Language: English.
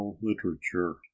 literature